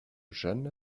jeune